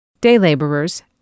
day-laborers